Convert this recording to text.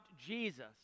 Jesus